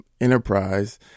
enterprise